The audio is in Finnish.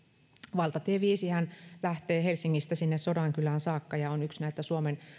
valtatie viisihän lähtee helsingistä sinne sodankylään saakka ja on yksi näitä suomen